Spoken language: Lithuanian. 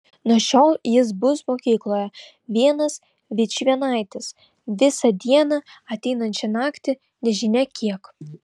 nuo šiol jis bus mokykloje vienas vičvienaitis visą dieną ateinančią naktį nežinia kiek